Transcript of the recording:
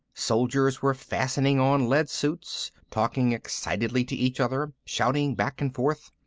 soldiers were fastening on lead suits, talking excitedly to each other, shouting back and forth.